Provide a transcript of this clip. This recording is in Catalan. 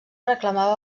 reclamava